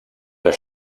der